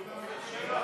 עפר שלח,